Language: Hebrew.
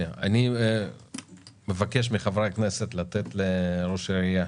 אני מבקש מחברי הכנסת לתת לראש העירייה